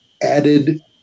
added